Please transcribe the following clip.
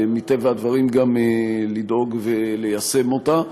ומטבע הדברים גם לדאוג ליישם אותה,